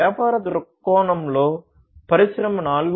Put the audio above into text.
వ్యాపార దృక్కోణంలో పరిశ్రమ 4